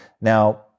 Now